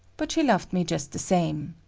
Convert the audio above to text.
but she loved me just the same.